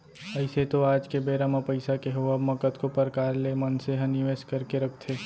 अइसे तो आज के बेरा म पइसा के होवब म कतको परकार ले मनसे ह निवेस करके रखथे